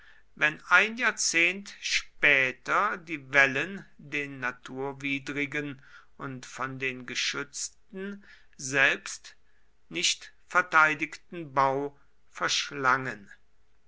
wenn ein jahrzehnt später die wellen den naturwidrigen und von den geschützten selbst nicht verteidigten bau verschlangen